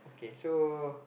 okay so